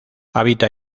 habita